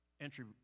entry